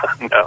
no